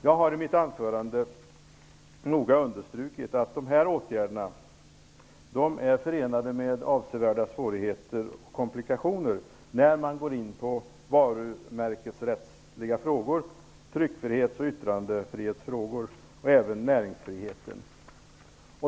Jag har i mitt anförande noga understrukit att dessa åtgärder är förenade med avsevärda svårigheter och komplikationer när det gäller varumärkesrättsliga frågor, tryckfrihets och yttrandefrihetsfrågor och även när det gäller näringsfriheten.